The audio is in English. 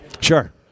Sure